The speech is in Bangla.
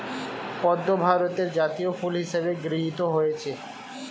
পদ্ম ভারতের জাতীয় ফুল হিসেবে গৃহীত হয়েছে